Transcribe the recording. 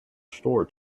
store